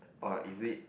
<!wah! is it